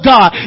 God